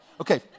Okay